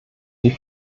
die